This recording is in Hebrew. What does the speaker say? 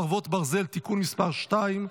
חרבות ברזל) (תיקון מס' 2),